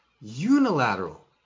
unilateral